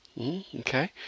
Okay